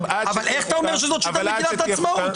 איך אתה אומר שזאת שיטה של מגילת העצמאות?